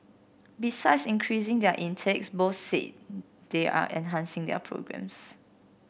besides increasing their intakes both said they are enhancing their programmes